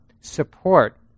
support